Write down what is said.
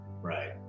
Right